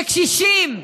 בקשישים.